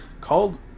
...called